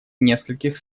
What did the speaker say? нескольких